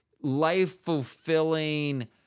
life-fulfilling